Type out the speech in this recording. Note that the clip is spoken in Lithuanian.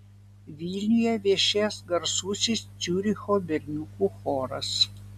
vilniuje viešės garsusis ciuricho berniukų choras